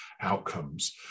outcomes